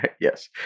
Yes